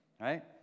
Right